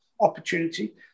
opportunity